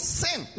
sin